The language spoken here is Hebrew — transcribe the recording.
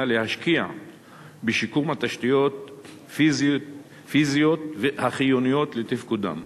להשקיע בשיקום תשתיות פיזיות החיוניות לתפקודם,